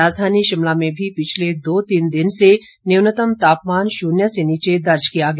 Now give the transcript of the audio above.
राजधानी शिमला में भी पिछले दो तीन दिन से न्यूनतम तापमान शून्य से नीचे दर्ज किया गया